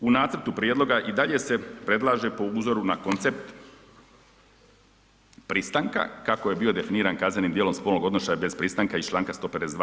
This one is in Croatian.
U nacrtu prijedloga i dalje se predlaže po uzoru na koncept pristanka kako je bio definiran kaznenim djelom spolnog odnošaja bez pristanka iz članka 152.